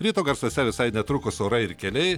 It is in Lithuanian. ryto garsuose visai netrukus orai ir keliai